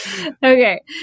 Okay